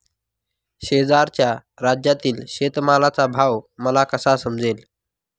शेजारच्या राज्यातील शेतमालाचा भाव मला कसा समजेल?